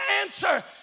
answer